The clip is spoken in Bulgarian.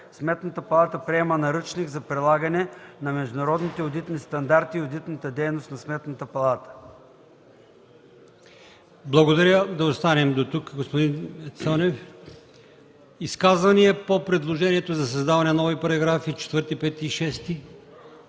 Сметната палата приема наръчник за прилагане на международните одитни стандарти и одитната дейност на Сметната палата.” ПРЕДСЕДАТЕЛ АЛИОСМАН ИМАМОВ: Благодаря. Да спрем до тук, господин Цонев. Изказвания по предложението за създаване на нови параграфи 4, 5 и 6?